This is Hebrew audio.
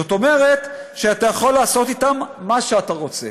"זאת אומרת שאתה יכול לעשות איתם מה שאתה רוצה.